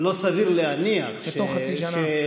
לא סביר להניח, שתוך חצי שנה.